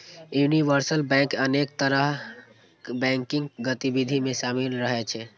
universal bank अनेक तरहक banking गतिविधि मे शामिल रहै छै